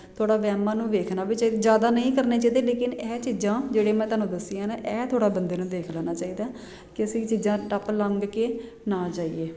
ਥੋੜ੍ਹਾ ਵਹਿਮਾਂ ਨੂੰ ਵੇਖਣਾ ਵੀ ਚਾਹੀਦਾ ਜ਼ਿਆਦਾ ਨਹੀਂ ਕਰਨੇ ਚਾਹੀਦੇ ਲੇਕਿਨ ਇਹ ਚੀਜ਼ਾਂ ਜਿਹੜੇ ਮੈਂ ਤੁਹਾਨੂੰ ਦੱਸੀਆਂ ਨੇ ਇਹ ਥੋੜ੍ਹਾ ਬੰਦੇ ਨੂੰ ਦੇਖ ਲੈਣਾ ਚਾਹੀਦਾ ਕਿ ਅਸੀਂ ਚੀਜ਼ਾਂ ਟੱਪ ਲੰਘ ਕੇ ਨਾ ਜਾਈਏ